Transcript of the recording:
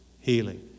healing